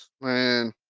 man